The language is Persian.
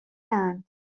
اند